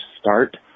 start